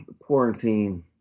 quarantine